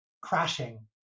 crashing